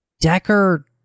Decker